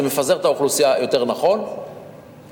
זה מפזר את האוכלוסייה יותר נכון וגם